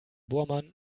bohrmann